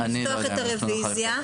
לפתוח את הרוויזיה --- אני לא יודע